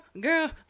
Girl